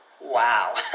Wow